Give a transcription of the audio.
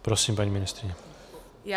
Prosím, paní ministryně.